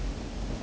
mm